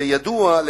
וידוע,